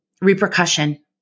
repercussion